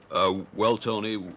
ah well tony,